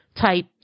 type